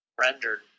rendered